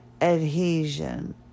adhesion